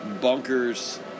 bunkers